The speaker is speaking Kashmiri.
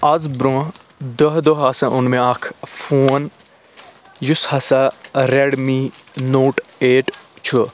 آز برٛونٛہہ دَہ دۄہ ہسا اوٚن مےٚ اَکھ فون یُس ہسا ریٚڈمی نوٹ ایٹ چھُ